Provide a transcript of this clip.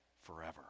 forever